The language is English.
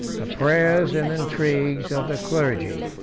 the prayers and intrigues of the clergy.